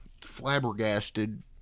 flabbergasted